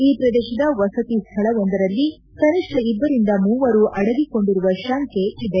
ಈ ಪ್ರದೇಶದ ವಸತಿ ಸ್ವಳವೊಂದರಲ್ಲಿ ಕನಿಷ್ಠ ಇಬ್ಬರಿಂದ ಮೂವರು ಅಡಗಿಕೊಂಡಿರುವ ಶಂಕೆ ಇದೆ